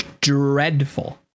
Dreadful